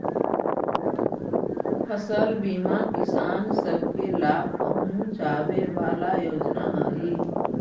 फसल बीमा किसान सब के लाभ पहुंचाबे वाला योजना हई